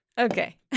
Okay